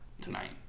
tonight